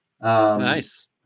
Nice